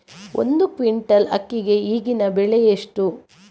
ಒಂದು ಕ್ವಿಂಟಾಲ್ ಅಕ್ಕಿಗೆ ಈಗಿನ ಬೆಲೆ ಎಷ್ಟು?